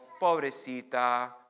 pobrecita